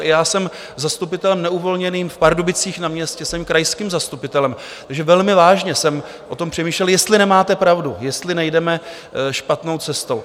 I já jsem zastupitelem neuvolněným v Pardubicích na městě, jsem krajským zastupitelem, takže velmi vážně jsem o tom přemýšlel, jestli nemáte pravdu, jestli nejdeme špatnou cestou.